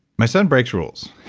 my son breaks rules.